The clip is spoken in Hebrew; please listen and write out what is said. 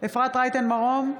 אפרת רייטן מרום,